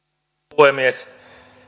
puhemies